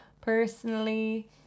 personally